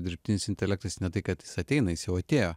dirbtinis intelektas ne tai kad jis ateina jis jau atėjo